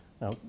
Now